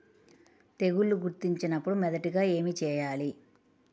తెగుళ్లు గుర్తించినపుడు మొదటిగా ఏమి చేయాలి?